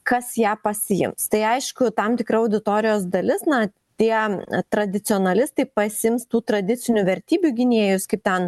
kas ją pasiims tai aišku tam tikra auditorijos dalis na tie tradicionalistai pasiims tų tradicinių vertybių gynėjus kaip ten